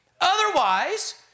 Otherwise